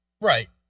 Right